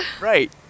Right